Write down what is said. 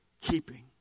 keeping